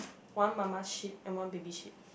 one mama sheep and one baby sheep